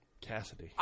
Cassidy